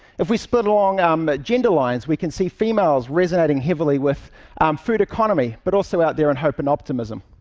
if we split along um gender lines, we can see females resonating heavily with food economy, but also out there in hope and optimism.